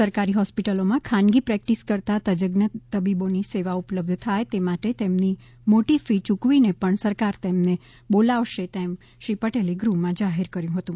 સરકારી હોસ્પિટલોમાં ખાનગી પ્રેક્ટિસ કરતાં તજગ્ન તબીબોની સેવા ઉપલબ્ધ થાય તે માટે તેમની મોટી ફી ચૂકવી ને પણ સરકાર તેમણે બોલાવશે તેમ શ્રી પટેલે ગૃહ માં જાહેર કર્યું હતું